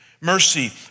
mercy